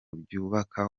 byubaka